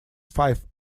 five